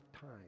time